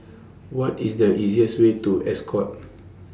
What IS The easiest Way to Ascot